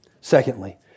Secondly